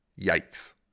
Yikes